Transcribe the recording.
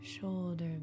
shoulder